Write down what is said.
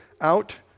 out